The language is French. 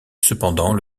cependant